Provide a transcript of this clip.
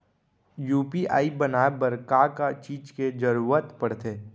UPI बनाए बर का का चीज के जरवत पड़थे?